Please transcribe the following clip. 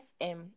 FM